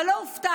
אבל לא הופתעתי,